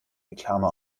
reklame